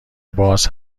باز